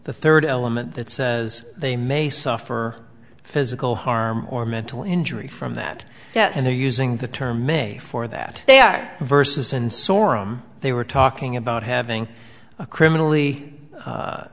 the third element that says they may suffer physical harm or mental injury from that and they're using the term a for that they are versus and sorum they were talking about having a criminally